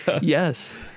Yes